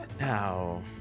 Now